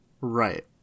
Right